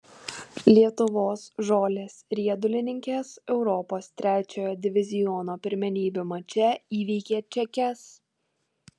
lietuvos žolės riedulininkės europos trečiojo diviziono pirmenybių mače įveikė čekes